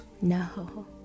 no